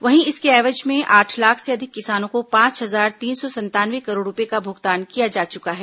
वहीं इसके एवज में आठ लाख से अधिक किसानों को पांच हजार तीन सौ संतानवे करोड़ रूपये का भुगतान किया जा चुका है